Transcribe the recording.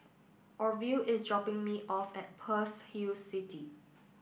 Orvil is dropping me off at Pearl's Hill City